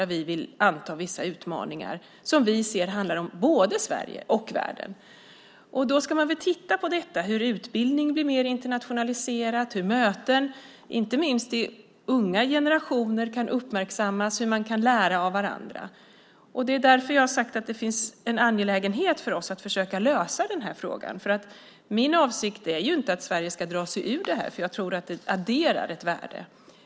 Vi vill anta vissa utmaningar som vi ser handlar om både Sverige och världen. Då ska man väl titta på hur utbildning blir mer internationaliserad, hur möten, inte minst i unga generationer, kan uppmärksammas och hur man kan lära av varandra. Det är därför jag har sagt att det är angeläget för oss att försöka lösa den här frågan. Min avsikt är inte att Sverige ska dra sig ur det här, för jag tror att det adderar ett värde.